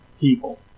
people